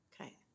Okay